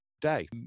day